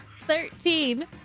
thirteen